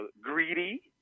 greedy